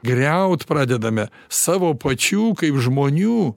griaut pradedame savo pačių kaip žmonių